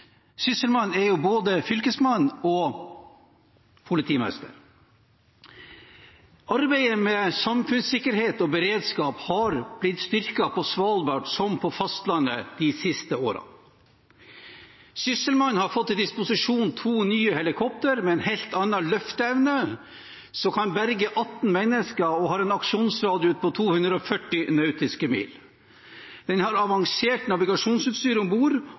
er både fylkesmann og politimester. Arbeidet med samfunnssikkerhet og beredskap har blitt styrket på Svalbard, som på fastlandet, de siste årene. Sysselmannen har fått til disposisjon to nye helikoptre med en helt annen løfteevne, som kan berge 18 mennesker og har en aksjonsradius på 240 nautiske mil. De har avansert navigasjonsutstyr om bord